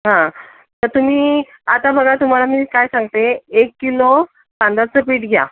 हां तर तुम्ही आता बघा तुम्हाला मी काय सांगते एक किलो तांदळाचं पीठ घ्या